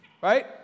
right